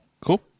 Cool